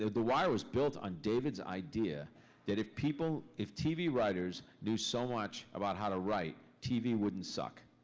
the wire was built on david's idea that if people. if tv writers knew so much about how to write, tv wouldn't suck.